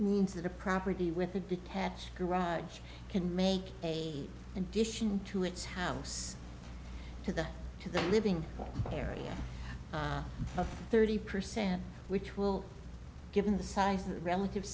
means that a property with a detached garage can make a addition to its house to the to the living area of thirty percent which will given the size of the relative